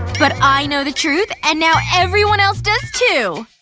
but i know the truth and now everyone else does, too!